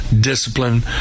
discipline